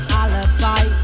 alibi